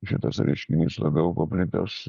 šitas reiškinys labiau paplitęs